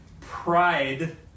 pride